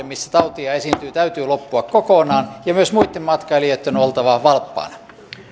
missä tautia esiintyy täytyy loppua kokonaan ja myös muitten matkailijoitten on oltava valppaana